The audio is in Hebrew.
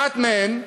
אחת מהן,